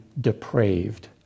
depraved